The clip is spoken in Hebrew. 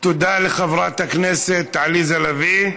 תודה לחברת הכנסת עליזה לביא.